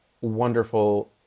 wonderful